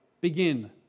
begin